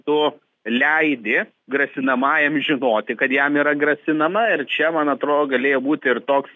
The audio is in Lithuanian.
tu leidi grasinamajam žinoti kad jam yra grasinama ir čia man atrodo galėjo būti ir toks